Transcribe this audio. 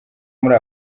muri